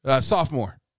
Sophomore